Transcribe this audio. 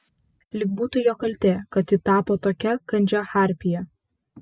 lyg būtų jo kaltė kad ji tapo tokia kandžia harpija